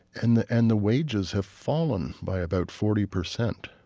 and the and the wages have fallen by about forty percent.